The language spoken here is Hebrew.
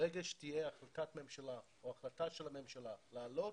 ברגע שתהיה החלטה של הממשלה להעלות,